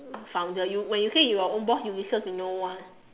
founder you when you say you are own boss you listen to no one